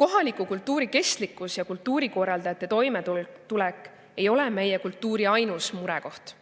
Kohaliku kultuuri kestlikkus ja kultuurikorraldajate toimetulek ei ole meie kultuuri ainus murekoht.